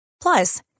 Plus